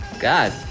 God